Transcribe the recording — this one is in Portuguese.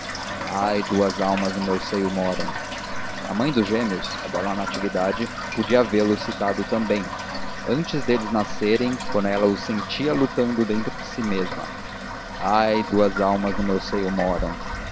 ai duas almas no meu seio moram a mãe dos gêmeos a bela natividade podia havê lo citado também antes deles nascerem quando ela os sentia lutando dentro em si mesma ai duas almas no meu seio moram